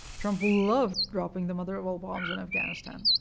trump loved dropping the mother of all bombs in afghanistan.